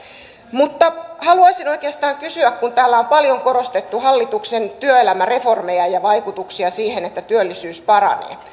mutta haluaisin oikeastaan kysyä kun täällä on paljon korostettu hallituksen työelämäreformeja ja niiden vaikutuksia sitä että työllisyys paranee